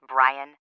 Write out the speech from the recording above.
Brian